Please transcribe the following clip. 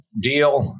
deal